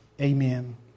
Amen